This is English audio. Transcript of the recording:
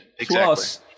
Plus